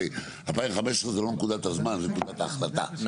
הרי 2015 זו לא נקודת הזמן זו נקודת ההחלטה,